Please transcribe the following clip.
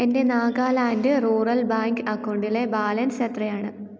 എൻ്റെ Nagaland rural bank അക്കൗണ്ടിലെ balance എത്രയാണ്